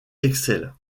excelle